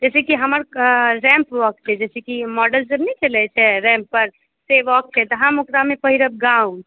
जाहिसॅं कि हमर रैम्प वॉक छै जाहिसॅं कि मॉडल सब नहि चलै छै रैम्प पर से वॉक छै तऽ हम ओकरामे पहिरब गाउन